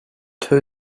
two